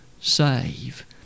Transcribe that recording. Save